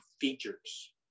features